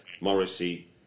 Morrissey